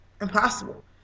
impossible